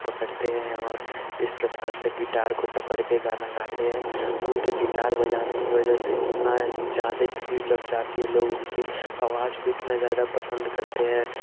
पकड़ते है और जिस प्रकार गिटार को पकड़ के गाना गाते हैं उनके गिटार बजाने की वजह से इतना ज्यादे भीड़ लग जाती है लोग उनके आवाज को इतना ज्यादे पसंद करते हैं